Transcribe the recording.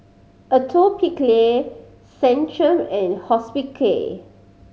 Atopiclair Centrum and Hospicare